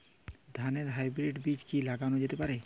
ধানের হাইব্রীড বীজ কি লাগানো যেতে পারে?